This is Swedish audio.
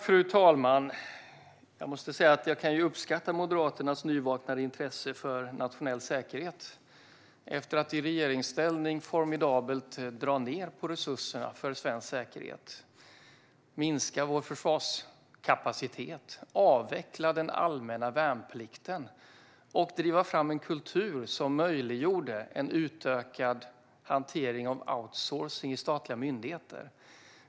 Fru talman! Jag måste säga att jag kan uppskatta Moderaternas nyvaknade intresse för nationell säkerhet. När Moderaterna satt i regeringsställning drog man rent formidabelt ned på resurserna för svensk säkerhet. Man minskade vår försvarskapacitet, avvecklade den allmänna värnplikten och drev fram en kultur som möjliggjorde en utökad outsourcing i statliga myndigheter.